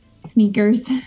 Sneakers